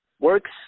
works